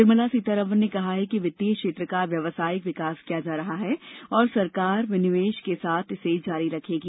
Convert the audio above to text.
निर्मला सीतारामन ने कहा कि वित्तीय क्षेत्र का व्यावसायिक विकास किया जा रहा है और सरकार विनिवेश के साथ इसे जारी रखेंगी